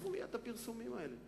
תעצרו מייד את הפרסומים האלה.